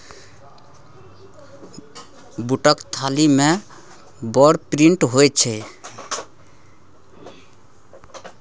बूटक दालि मे बड़ प्रोटीन होए छै